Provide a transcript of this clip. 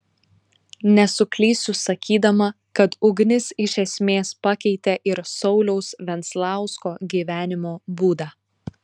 nesuklysiu sakydama kad ugnis iš esmės pakeitė ir sauliaus venclausko gyvenimo būdą